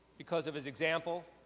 because of his example,